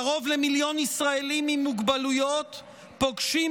קרוב למיליון ישראלים עם מוגבלויות פוגשים